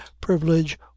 privilege